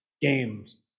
games